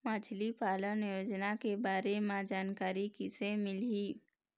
मछली पालन योजना के बारे म जानकारी किसे मिलही?